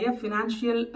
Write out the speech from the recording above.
financial